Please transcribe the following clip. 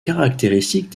caractéristiques